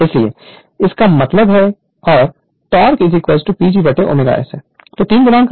इसलिए इसका मतलब है और टोक़ PGω S है